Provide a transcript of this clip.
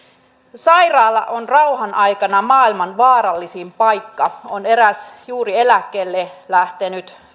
sairaala on rauhan aikana maailman vaarallisin paikka on eräs juuri eläkkeelle lähtenyt